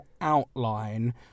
outline